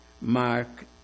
Mark